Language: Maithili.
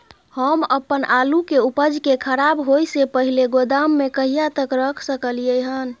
हम अपन आलू के उपज के खराब होय से पहिले गोदाम में कहिया तक रख सकलियै हन?